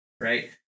right